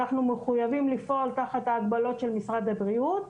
אנחנו מחויבים לפעול תחת ההגבלות של משרד הבריאות,